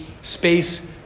space